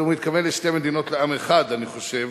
אבל הוא מתכוון לשתי מדינות לעם אחד, אני חושב,